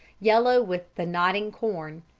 yellow with the nodding corn.